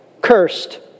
Cursed